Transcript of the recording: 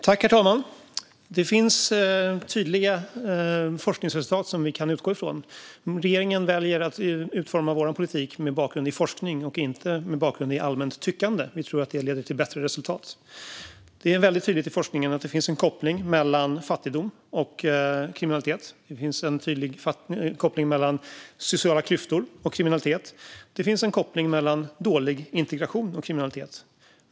Herr talman! Det finns tydliga forskningsresultat som vi kan utgå från. Vi i regeringen väljer att utforma vår politik mot bakgrund av forskning och inte mot bakgrund av allmänt tyckande. Vi tror att det leder till bättre resultat. Det är väldigt tydligt i forskningen att det finns en koppling mellan fattigdom och kriminalitet. Det finns en tydlig koppling mellan sociala klyftor och kriminalitet. Det finns en koppling mellan dålig integration och kriminalitet.